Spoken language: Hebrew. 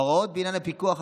ההוראות בעניין הפיקוח,